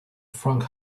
frank